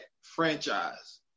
franchise